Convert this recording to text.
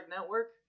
Network